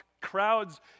crowds